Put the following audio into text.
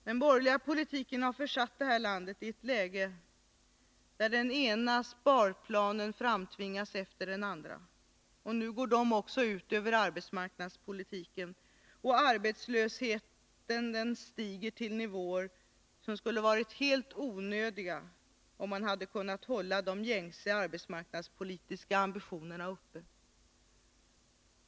Den borgerliga politiken har försatt landet i ett läge, där den ena sparplanen framtvingas efter den andra. De går nu också ut över arbetsmarknadspolitiken, och arbetslösheten stiger till nivåer, som skulle vara helt onödiga om man kunde hålla de gängse arbetsmarknadspolitiska ambitionerna uppe.